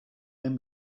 lend